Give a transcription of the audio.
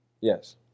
Yes